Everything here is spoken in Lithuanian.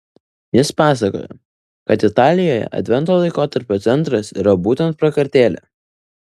jis pasakoja kad italijoje advento laikotarpio centras yra būtent prakartėlė